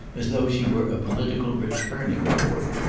as though she were a political returning-board.